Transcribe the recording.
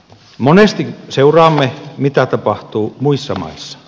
monesti seuraamme mitä tapahtuu muissa maissa